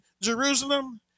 Jerusalem